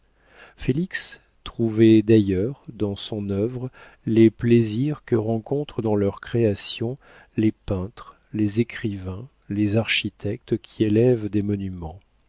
félix trouvait d'ailleurs dans son œuvre les plaisirs que rencontrent dans leurs créations les peintres les écrivains les architectes qui élèvent des monuments